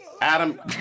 Adam